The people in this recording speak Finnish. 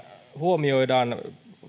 huomioidaan